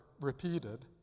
repeated